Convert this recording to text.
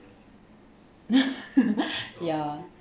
ya